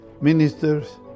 ministers